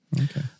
Okay